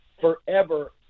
forever